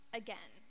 again